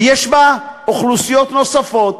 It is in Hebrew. ויש בה אוכלוסיות נוספות,